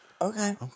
Okay